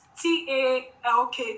talk